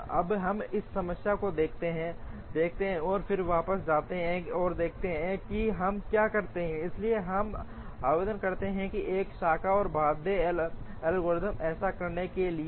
तो अब हम इस समस्या को देखते हैं और फिर वापस जाते हैं और देखते हैं कि हम क्या करते हैं इसलिए हम आवेदन करते हैं एक शाखा और बाध्य एल्गोरिथ्म ऐसा करने के लिए